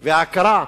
וההכרה,